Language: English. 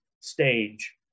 stage